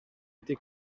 été